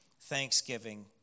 thanksgiving